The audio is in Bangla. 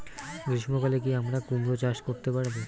গ্রীষ্ম কালে কি আমরা কুমরো চাষ করতে পারবো?